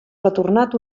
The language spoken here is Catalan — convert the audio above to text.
retornat